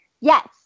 Yes